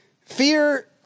fear